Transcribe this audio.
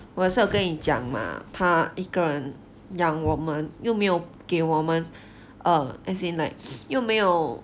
我也是有跟你讲 mah 他一个人养我们又没有给我们 err as in like you 又没有